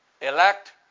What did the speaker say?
elect